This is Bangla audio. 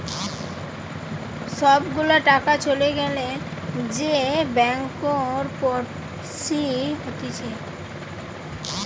সব গুলা টাকা চলে গ্যালে যে ব্যাংকরপটসি হতিছে